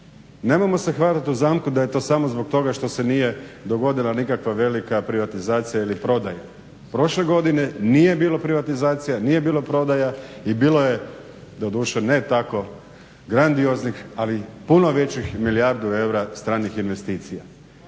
Nemojmo se hvatati u zamku da je to samo zbog toga što se nije dogodila nikakva velika privatizacija ili prodaja. Prošle godine nije bilo privatizacija, nije bilo prodaja i bilo je, doduše ne tako grandioznih ali puno većih i milijardu eura stranih investicija.